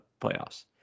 playoffs